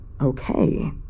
Okay